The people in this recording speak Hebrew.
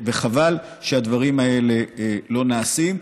חבל שהדברים האלה לא נעשים.